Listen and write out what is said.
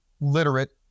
literate